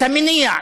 את המניע,